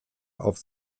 auf